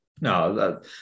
No